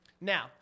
Now